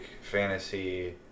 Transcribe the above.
fantasy